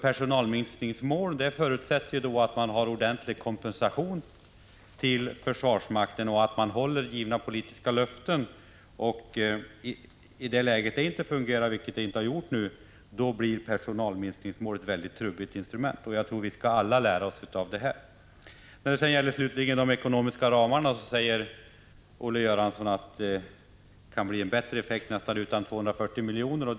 Personalminskningsmål förutsätter att försvarsmakten får ordentlig kompensation och att politiska löften hålls. I det läge då detta inte fungerar, vilket det inte har gjort en tid, blir personalminskningsmålet ett mycket trubbigt instrument. Vi kan alla dra lärdom av detta. När det slutligen gäller de ekonomiska ramarna sade Olle Göransson att effekten kan bli bättre utan de föreslagna 240 miljonerna.